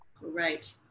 Right